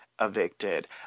evicted